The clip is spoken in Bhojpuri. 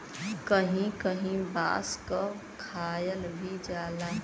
कहीं कहीं बांस क खायल भी जाला